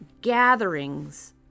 gatherings